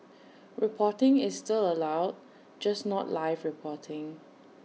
reporting is still allowed just not live reporting